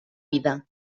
vida